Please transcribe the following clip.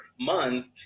month